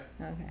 Okay